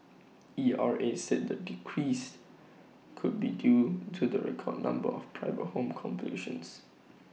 E R A said the decrease could be due to the record number of private home completions